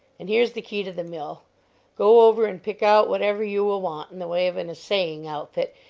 and here's the key to the mill go over and pick out whatever you will want in the way of an assaying outfit,